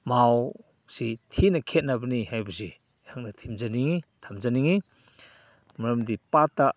ꯃꯍꯥꯎꯁꯤ ꯊꯤꯅ ꯈꯦꯠꯅꯕꯅꯤ ꯍꯥꯏꯕꯁꯤ ꯑꯩꯍꯥꯛꯅ ꯊꯦꯝꯖꯅꯤꯡꯉꯤ ꯊꯝꯖꯅꯤꯡꯉꯤ ꯃꯔꯝꯗꯤ ꯄꯥꯠꯇ